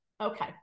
okay